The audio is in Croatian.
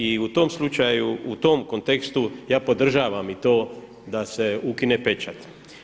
I u tom slučaju, u tom kontekstu ja podržavam i to da se ukine pečat.